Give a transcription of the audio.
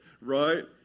Right